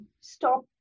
stop